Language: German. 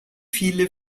viele